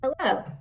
Hello